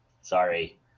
Sorry